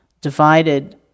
divided